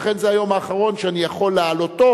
ולכן זה היום האחרון שאני יכול להעלותו,